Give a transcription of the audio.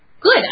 good